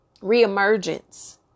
reemergence